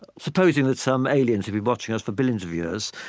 supposing that some aliens have been watching us for billions of years,